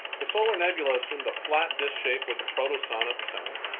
the solar nebula assumed a flat disk shape with a protosun at the center.